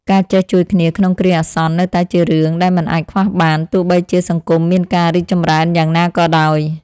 ការចេះជួយគ្នាក្នុងគ្រាអាសន្ននៅតែជារឿងដែលមិនអាចខ្វះបានទោះបីជាសង្គមមានការរីកចម្រើនយ៉ាងណាក៏ដោយ។